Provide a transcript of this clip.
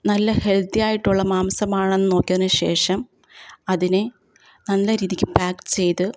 നല്ല ഹെൽത്തിയായിട്ടുള്ള മാംസമാണെന്നു നോക്കിയതിനു ശേഷം അതിനെ നല്ല രീതിക്ക് പാക്ക് ചെയ്ത്